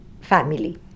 family